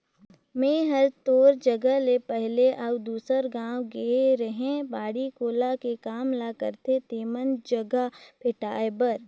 मेंए हर तोर जगह ले पहले अउ दूसर गाँव गेए रेहैं बाड़ी कोला के काम ल करथे तेमन जघा भेंटाय बर